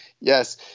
Yes